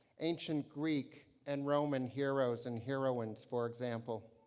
ancient greek and roman heroes and heroines for example,